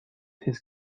his